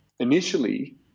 Initially